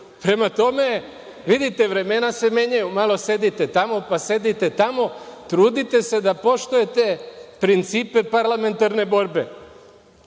tome, vidite vremena se menjaju, malo sedite tamo, pa sedite tamo, trudite se da poštujete principe parlamentarne borbe.